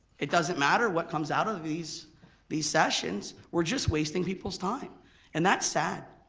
it doesn't matter what comes out of these these sessions. we're just wasting people's time and that's sad.